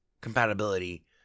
compatibility